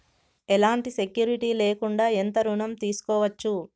ఎలాంటి సెక్యూరిటీ లేకుండా ఎంత ఋణం తీసుకోవచ్చు?